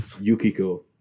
Yukiko